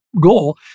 goal